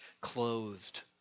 closed